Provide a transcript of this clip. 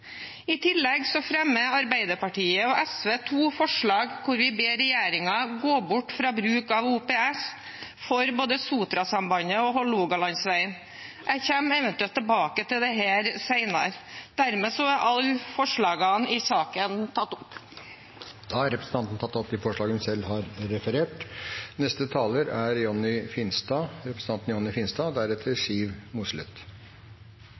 I tillegg fremmer Arbeiderpartiet og SV to forslag der vi ber regjeringen gå bort fra bruk av OPS for både Sotrasambandet og Hålogalandsvegen. Jeg kommer eventuelt tilbake til dette senere. Dermed er alle forslagene i saken tatt opp. Representanten Kirsti Leirtrø har tatt opp de forslagene hun refererte til. De borgerlige partiene har